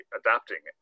adapting